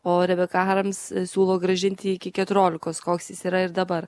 o rebeka harms siūlo grąžinti iki keturiolikos koks jis yra ir dabar